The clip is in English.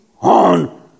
on